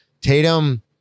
Tatum